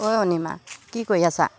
ঐ অনিমা কি কৰি আছা